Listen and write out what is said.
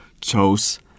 chose